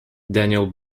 daniel